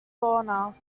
lorna